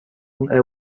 own